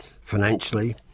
financially